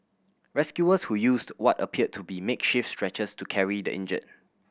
rescuers who used what appeared to be makeshift stretchers to carry the injured